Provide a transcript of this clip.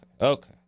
okay